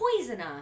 poisoner